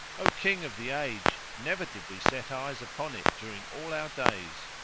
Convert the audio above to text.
o king of the age never did we set eyes upon it during all our days.